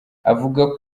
avuga